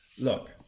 Look